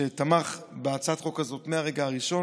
שתמך בהצעת החוק הזאת מהרגע הראשון,